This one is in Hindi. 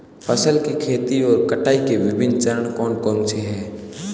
फसल की खेती और कटाई के विभिन्न चरण कौन कौनसे हैं?